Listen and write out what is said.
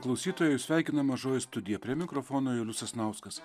klausytojai sveikina mažoji studija prie mikrofono julius sasnauskas